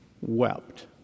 wept